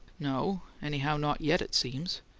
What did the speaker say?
no anyhow not yet, it seems.